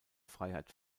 freiheit